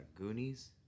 Goonies